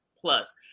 plus